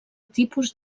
tipus